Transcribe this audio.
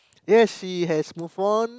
yes she has no phone